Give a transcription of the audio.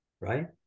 Right